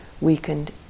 weakened